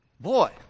Boy